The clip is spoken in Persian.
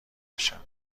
بشم